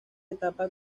etapa